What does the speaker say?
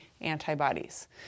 antibodies